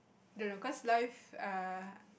don't know cause life uh